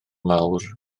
mawr